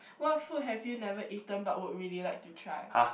what food have you never eaten but would really like to try